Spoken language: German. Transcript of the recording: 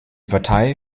partei